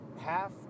half